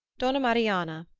donna marianna,